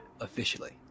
officially